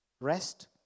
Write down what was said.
rest